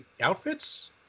outfits